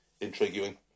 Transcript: intriguing